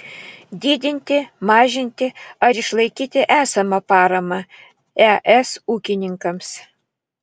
didinti mažinti ar išlaikyti esamą paramą es ūkininkams